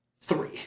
three